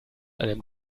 einem